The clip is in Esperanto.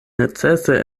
necese